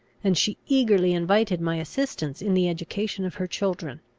and she eagerly invited my assistance in the education of her children.